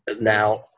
now